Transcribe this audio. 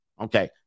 Okay